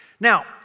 Now